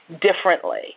differently